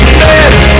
better